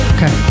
Okay